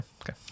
okay